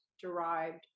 derived